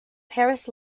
paris